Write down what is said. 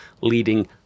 leading